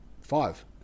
Five